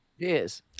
Cheers